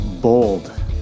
bold